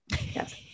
Yes